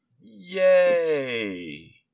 Yay